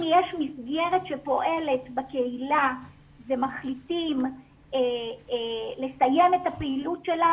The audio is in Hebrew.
אם יש מסגרת שפועלת בקהילה ומחליטים לסיים את הפעילות שלה,